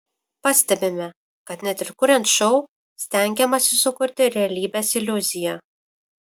pastebime kad net ir kuriant šou stengiamasi sukurti realybės iliuziją